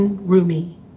Rumi